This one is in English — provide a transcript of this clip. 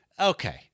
okay